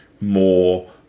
more